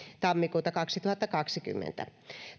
tammikuuta kaksituhattakaksikymmentä